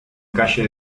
calle